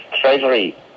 Treasury